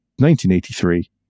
1983